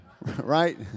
right